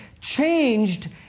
Changed